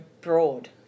broad